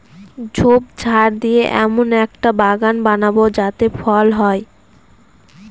ঝোপঝাড় দিয়ে এমন একটা বাগান বানাবো যাতে ফল হয়